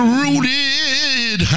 rooted